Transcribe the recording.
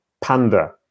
panda